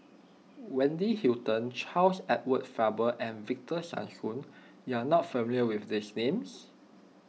Wendy Hutton Charles Edward Faber and Victor Sassoon you are not familiar with these names